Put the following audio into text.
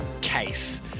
case